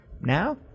now